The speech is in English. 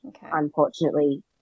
Unfortunately